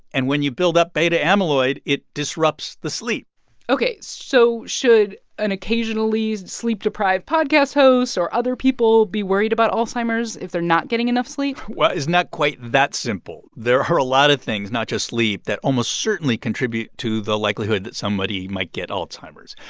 and when you build up beta-amyloid, it disrupts the sleep ok. so should an occasionally sleep-deprived podcast host or other people be worried about alzheimer's if they're not getting enough sleep? well, it's not quite that simple. there are a lot of things, not just sleep, that almost certainly contribute to the likelihood that somebody might get alzheimer's.